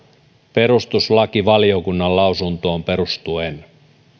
perustuslakivaliokunnan lausuntoon perustuen